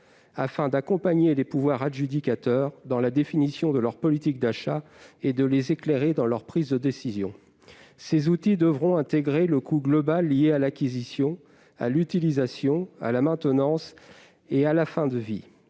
afin d'accompagner les pouvoirs adjudicateurs dans la définition de leur politique d'achat et de les éclairer dans leur prise de décision. Ces outils devront intégrer le coût global lié à l'acquisition, à l'utilisation, à la maintenance et à la fin de vie,